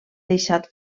deixat